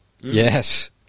Yes